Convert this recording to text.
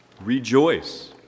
Rejoice